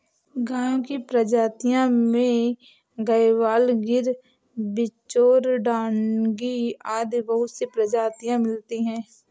गायों की प्रजाति में गयवाल, गिर, बिच्चौर, डांगी आदि बहुत सी प्रजातियां मिलती है